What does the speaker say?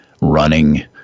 running